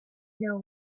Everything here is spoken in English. know